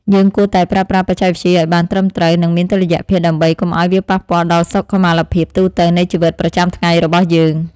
យើងគួរតែប្រើប្រាស់បច្ចេកវិទ្យាឲ្យបានត្រឹមត្រូវ និងមានតុល្យភាពដើម្បីកុំឲ្យវាប៉ះពាល់ដល់សុខុមាលភាពទូទៅនៃជីវិតប្រចាំថ្ងៃរបស់យើង។